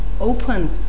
open